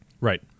Right